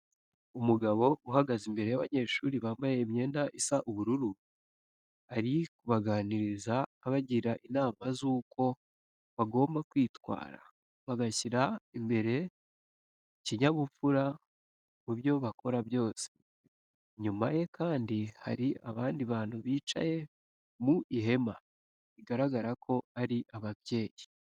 Umugabo uhagaze imbere y'abanyeshuri bambaye imyenda isa ubururu, ari kubaganiriza abagira inama z'uko bagomba kwitwara bashyira imbere ikinyabupfura mu byo bakora byose. Inyuma ye kandi hari abandi bantu bicaye mu ihema, bigaragara ko ari ababyeyi.